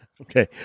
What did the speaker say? Okay